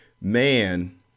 man